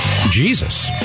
Jesus